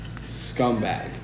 scumbag